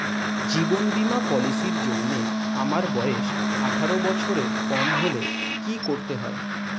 জীবন বীমা পলিসি র জন্যে আমার বয়স আঠারো বছরের কম হলে কি করতে হয়?